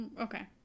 Okay